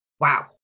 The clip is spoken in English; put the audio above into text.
Wow